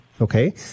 okay